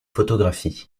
photographies